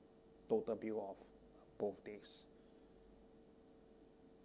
total bill of both days